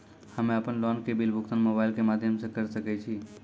हम्मे अपन लोन के बिल भुगतान मोबाइल के माध्यम से करऽ सके छी?